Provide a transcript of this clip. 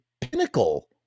pinnacle